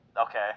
okay